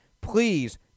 Please